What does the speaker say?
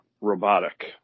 robotic